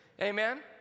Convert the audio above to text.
Amen